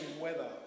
weather